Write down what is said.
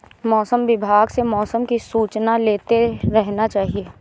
मौसम विभाग से मौसम की सूचना लेते रहना चाहिये?